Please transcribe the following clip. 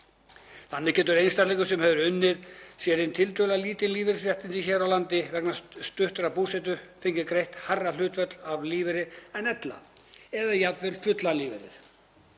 Þannig getur einstaklingur sem hefur áunnið sér tiltölulega lítil lífeyrisréttindi hér á landi vegna stuttrar búsetu fengið greitt hærra hlutfall af lífeyri en ella eða jafnvel fullan lífeyri.